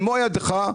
במו ידיך,